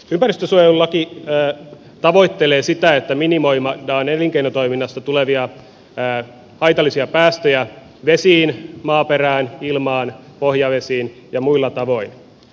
ympäristönsuojelulaki tavoittelee sitä että minimoidaan elinkeinotoiminnasta tulevia haitallisia päästöjä vesiin maaperään ilmaan pohjavesiin ja muilla tavoin